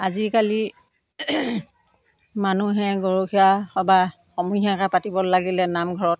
আজিকালি মানুহে গৰখীয়া সবাহ সমূহীয়াকৈ পাতিব লাগিলে নামঘৰত